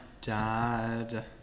dad